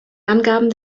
angaben